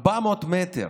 400 מטר.